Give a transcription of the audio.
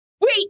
Wait